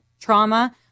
trauma